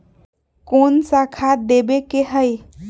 कोन सा खाद देवे के हई?